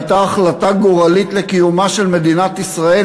וזו הייתה החלטה גורלית לקיומה של מדינת ישראל,